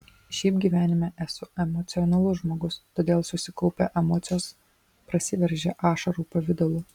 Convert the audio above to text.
šiaip gyvenime esu emocionalus žmogus todėl susikaupę emocijos prasiveržia ašarų pavidalu